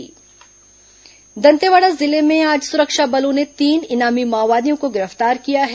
माओवादी गिरफ्तार दंतेवाड़ा जिले में आज सुरक्षा बलों ने तीन इनामी माओवादियों को गिरफ्तार किया है